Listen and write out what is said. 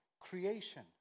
creation